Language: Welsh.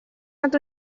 nad